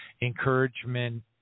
encouragement